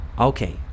Okay